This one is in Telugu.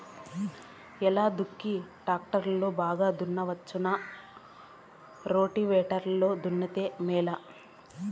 ఎలా దుక్కి టాక్టర్ లో బాగా దున్నవచ్చునా రోటివేటర్ లో దున్నితే మేలా?